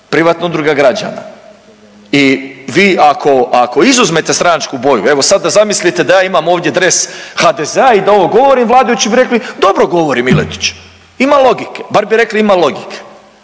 privatna udruga građana. I vi ako, ako izuzmete stranačku boju, evo sada zamislite da ja imam ovdje dres HDZ-a i da ovo govorim, vladajući bi rekli dobro govori Miletić ima logike, bar bi rekli ima logike.